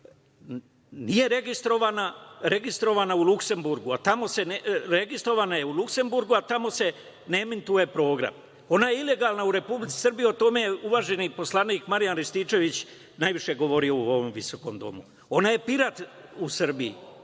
registrovana je u Luksenburgu, a tamo se ne emituje program, ona je ilegalna u Republici Srbiji, o tome je uvaženi poslanik Marijan Rističević najviše govorio u ovom visokom Domu. Ona je pirat u Srbiji,